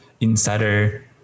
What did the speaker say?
insider